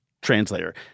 Translator